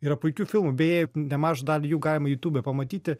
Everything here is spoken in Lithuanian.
yra puikių filmų beje nemažą dalį jų galima youtube pamatyti